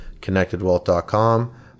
connectedwealth.com